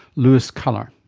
lewis kuller.